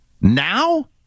Now